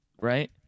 right